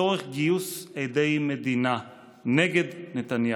לצורך גיוס עדי מדינה נגד נתניהו: